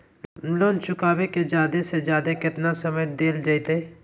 Loan चुकाबे के जादे से जादे केतना समय डेल जयते?